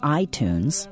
iTunes